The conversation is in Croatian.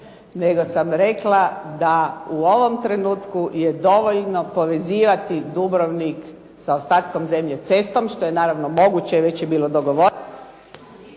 Nego sam rekla da u ovom trenutku je dovoljno povezivati Dubrovnik sa ostatkom zemlje, cestom, što je naravno moguće, već je bilo dogovoreno,